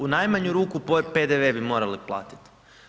U najmanju ruku PDV bi morali platiti.